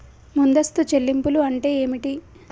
ముందస్తు చెల్లింపులు అంటే ఏమిటి?